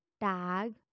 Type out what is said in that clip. tag